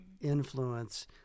influence